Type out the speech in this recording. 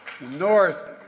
North